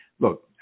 Look